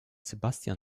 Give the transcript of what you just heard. sebastian